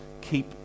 keep